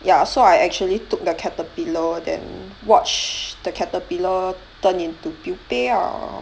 ya so I actually took the caterpillar than watch the caterpillar turn into pupa ah